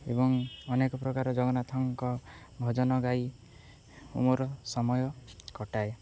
ଏବଂ ଅନେକ ପ୍ରକାର ଜଗନ୍ନାଥଙ୍କ ଭଜନ ଗାଇ ମୋର ସମୟ କଟାଏ